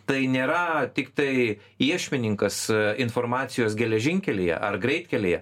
tai nėra tiktai iešmininkas informacijos geležinkelyje ar greitkelyje